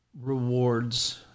rewards